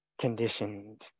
conditioned